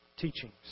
teachings